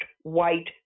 white